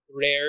rare